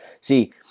See